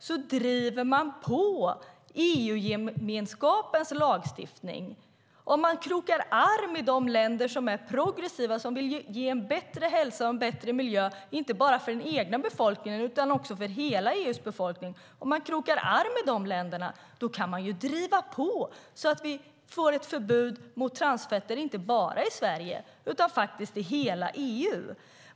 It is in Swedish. Då driver man på EU-gemenskapens lagstiftning och krokar arm med de länder som är progressiva och som vill skapa en bättre hälsa och en bättre miljö, inte bara för den egna befolkningen utan för hela EU:s befolkning. Om man krokar arm med de länderna kan man ju driva på så att vi får ett förbud mot transfetter inte bara i Sverige utan i hela EU.